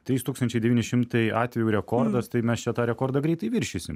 trys tūkstančiai devyni šimtai atvejų rekordas tai mes čia tą rekordą greitai viršysim